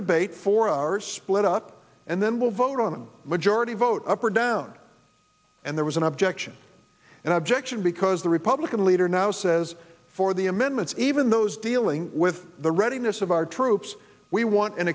debate for our split up and then we'll vote on a majority vote up or down and there was an objection and objection because the republican leader now says for the amendments even those dealing with the readiness of our troops we want an